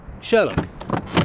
Sherlock